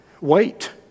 wait